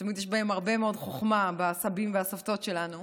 תמיד יש בהם הרבה מאוד חוכמה, בסבים ובסבתות שלנו.